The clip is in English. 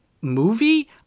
movie